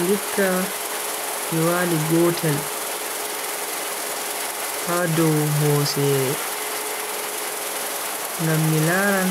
Ndikka mi wali gotel ha dow hosere. ngam mi laran